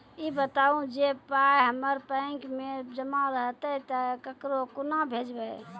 ई बताऊ जे पाय हमर बैंक मे जमा रहतै तऽ ककरो कूना भेजबै?